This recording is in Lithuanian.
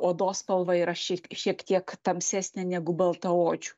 odos spalva yra šiek šiek tiek tamsesnė negu baltaodžių